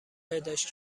پیداش